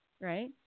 right